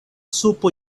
supo